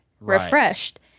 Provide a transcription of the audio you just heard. refreshed